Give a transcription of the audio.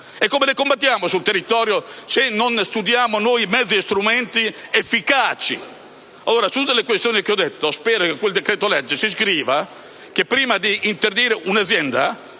e come le combattiamo sul territorio se non studiamo noi mezzi e strumenti efficaci? Su delle questioni di cui ho parlato spero che in quel decreto legge si scriva che, prima di interdire un'azienda,